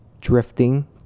drifting